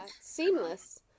Seamless